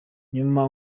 nyuma